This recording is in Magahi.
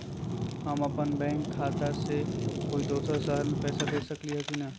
हम अपन बैंक खाता से कोई दोसर शहर में पैसा भेज सकली ह की न?